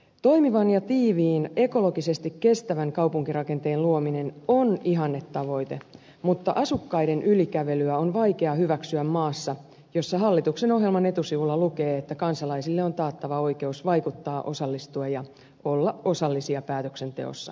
toimivan ja tiiviin ekologisesti kestävän kaupunkirakenteen luominen on ihannetavoite mutta asukkaiden ylikävelyä on vaikea hyväksyä maassa jossa hallituksen ohjelman etusivulla lukee että kansalaisille on taattava oikeus vaikuttaa osallistua ja olla osallisia päätöksenteossa